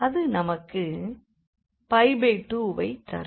அது நமக்கு 2வை தரும்